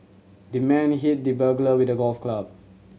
the man hit the burglar with a golf club